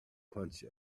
punch